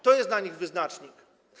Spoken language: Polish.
To jest dla nich wyznacznik.